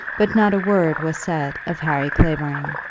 but not a word was said of harry clavering.